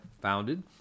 founded